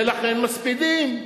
ולכן מספידים.